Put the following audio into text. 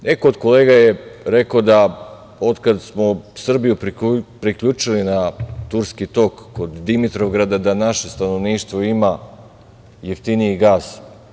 Neko od kolega je rekao da od kada smo Srbiju priključili na Turski tok, kod Dimitrovgrada, da naše stanovništvo ima jeftiniji gas.